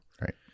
Right